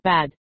Bad